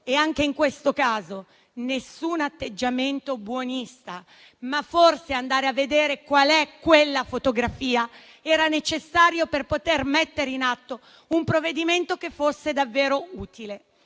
Anche in questo caso non c'è alcun atteggiamento buonista, ma forse andare a vedere qual è la fotografia era necessario per poter mettere in atto un provvedimento che fosse davvero utile.